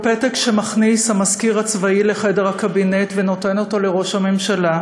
כל פתק שמכניס המזכיר הצבאי לחדר הקבינט ונותן לראש הממשלה